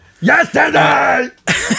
Yesterday